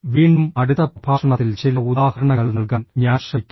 വീണ്ടും അടുത്ത പ്രഭാഷണത്തിൽ ചില ഉദാഹരണങ്ങൾ നൽകാൻ ഞാൻ ശ്രമിക്കും